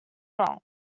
wrong